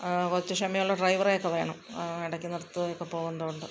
കുറച്ച് ക്ഷമയുള്ള ഡ്രൈവറെയക്കെ വേണം ഇടയ്ക്ക് നിർത്തിയൊക്കെ പോകണ്ടതുകൊണ്ട്